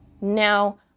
Now